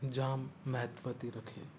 जामु महत्व थी रखे